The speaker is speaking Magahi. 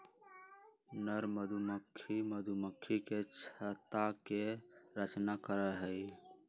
नर मधुमक्खी मधुमक्खी के छत्ता के रचना करा हई